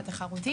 ההליך התחרותי.